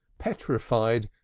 petrified,